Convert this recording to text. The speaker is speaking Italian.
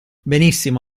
benissimo